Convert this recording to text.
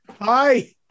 Hi